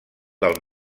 del